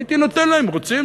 הייתי נותן להם, רוצים?